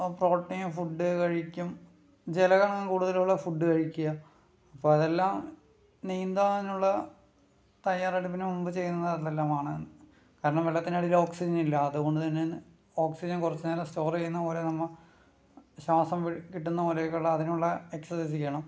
protein food കഴിക്കും ജല കണങ്ങൾ കൂടുതലുള്ള ഫുഡ് കഴിക്കുക അപ്പോൾ അതെല്ലാം നീന്താനുള്ള തയ്യാറെടുപ്പിനു മുമ്പ് ചെയ്യുന്നത് അതെല്ലാമാണ് കാരണം വെള്ളത്തിനടിയിൽ ഓക്സിജൻ ഇല്ല അതുകൊണ്ടുതന്നെ ഓക്സിജൻ കുറച്ച് നേരം സ്റ്റോർ ചെയ്യുന്ന പോലെ നമുക്ക് ശ്വാസം കിട്ടുന്നപോലെയൊക്കെയുള്ള അതിനുള്ള എക്സർസൈസ് ചെയ്യണം